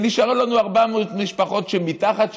ונשארו לנו 400 משפחות שמתחת,